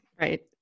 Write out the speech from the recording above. Right